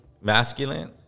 masculine